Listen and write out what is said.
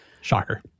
Shocker